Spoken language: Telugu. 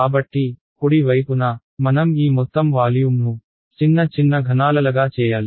కాబట్టి కుడి వైపున మనం ఈ మొత్తం వాల్యూమ్ను చిన్న చిన్న ఘనాలలగా చేయాలి